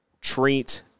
treat